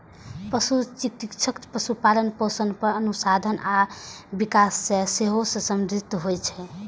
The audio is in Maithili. पशु चिकित्सा पशुपालन, पोषण पर अनुसंधान आ विकास सं सेहो संबंधित होइ छै